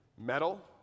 metal